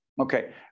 Okay